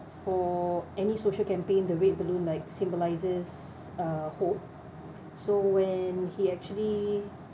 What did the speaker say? for any social campaign the red balloon like symbolises uh hope so when he actually